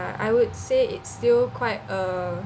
I would say it's still quite a